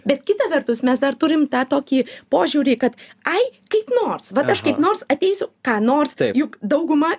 bet kita vertus mes dar turim tą tokį požiūrį kad ai kaip nors vat aš kaip nors ateisiu ką nors juk dauguma